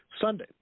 Sunday